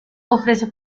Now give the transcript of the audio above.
ofrece